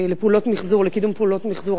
לפעולות מיחזור, לקידום פעולות מיחזור?